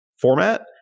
format